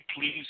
please